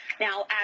Now